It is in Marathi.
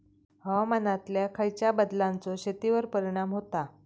हवामानातल्या खयच्या बदलांचो शेतीवर परिणाम होता?